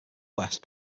west